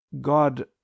God